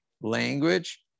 language